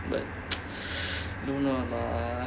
but don't know lah